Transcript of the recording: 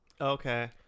okay